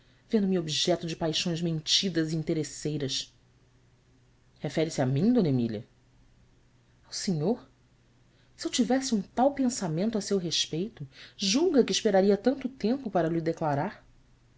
vendo-me objeto de paixões mentidas e interesseiras efere se a mim mília o senhor se eu tivesse um tal pensamento a seu respeito julga que esperaria tanto tempo para lho declarar